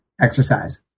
exercise